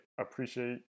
appreciate